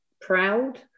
proud